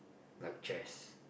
like chairs